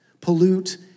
pollute